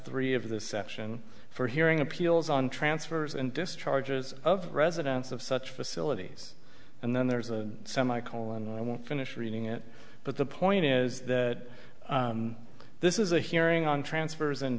three of the section for hearing appeals on transfers and discharges of residents of such facilities and then there's a semi colon and i won't finish reading it but the point is that this is a hearing on transfers and